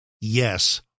yes